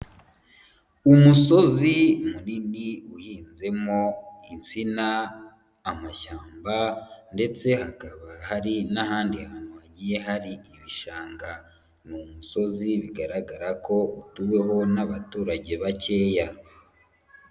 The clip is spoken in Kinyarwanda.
Umusozi munini uhinzemo insina, amashyamba ndetse hakaba hari n'ahandi hantu hagiye hari ibishanga. Ni umisozi bigaragara ko utuweho n'abaturage bakeya.